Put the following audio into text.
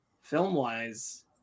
Film-wise